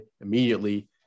immediately